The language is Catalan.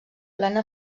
plena